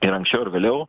ir anksčiau ar vėliau